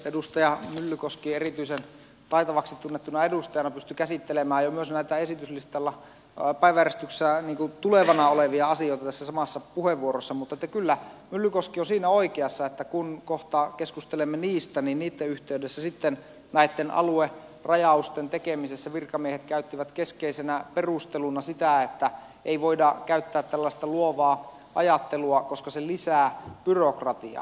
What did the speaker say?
edustaja myllykoski erityisen taitavaksi tunnettuna edustajana pystyi käsittelemään jo myös näitä päiväjärjestyksessä tulevana olevia asioita tässä samassa puheenvuorossaan mutta kyllä myllykoski on siinä oikeassa että kun kohta keskustelemme niistä niin niitten yhteydessä sitten näitten aluerajausten tekemisessä virkamiehet käyttivät keskeisenä perusteluna sitä että ei voida käyttää tällaista luovaa ajattelua koska se lisää byrokratiaa